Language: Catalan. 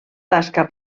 tasca